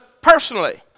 personally